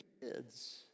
kids